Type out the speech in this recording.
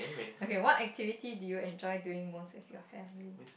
okay what activity do you enjoy doing most with your family